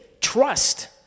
trust